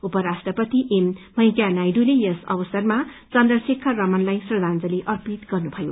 उपराष्ट्रपति एम वैंकेया नायडूले यस अवसरमा चन्द्रशेखर रमनलाई श्रद्वांजली अर्पित गर्नुभयो